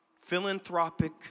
philanthropic